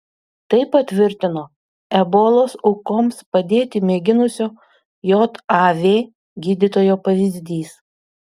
tai patvirtino ebolos aukoms padėti mėginusio jav gydytojo pavyzdys